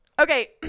Okay